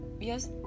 Yes